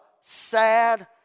sad